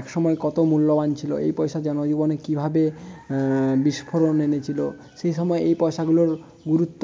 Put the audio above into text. এক সময় কত মূল্যবান ছিল এই পয়সা জনজীবনে কীভাবে বিস্ফোরণ এনেছিল সেই সময় এই পয়সাগুলোর গুরুত্ব